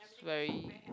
very